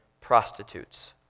prostitutes